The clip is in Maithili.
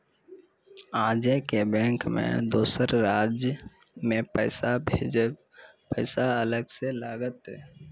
आजे के बैंक मे दोसर राज्य मे पैसा भेजबऽ पैसा अलग से लागत?